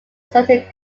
certain